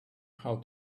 how